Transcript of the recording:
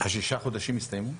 השישה חודשים הסתיימו?